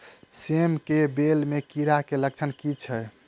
सेम कऽ बेल म कीड़ा केँ लक्षण की छै?